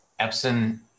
Epson